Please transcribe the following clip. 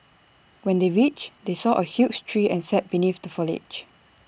when they reached they saw A huge tree and sat beneath the foliage